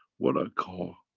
what i call,